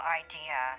idea